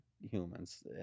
humans